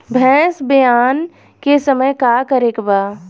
भैंस ब्यान के समय का करेके बा?